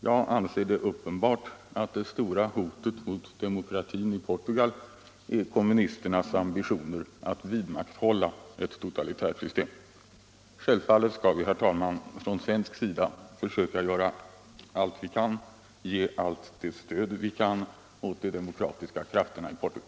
Jag anser det uppenbart att det stora hotet mot demokratin i Portugal är kommunisternas ambitioner att vidmakthålla ett totalitärt system. Självfallet skall vi, herr talman, från svensk sida försöka ge allt det stöd vi kan åt de demokratiska krafterna i Portugal.